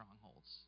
strongholds